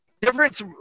difference